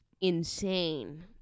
insane